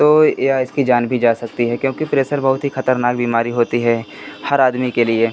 तो यह इसकी जान भी जा सकती है क्योंकि प्रेसर बहुत ही ख़तरनाक बीमारी होती है हर आदमी के लिए